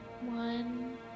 one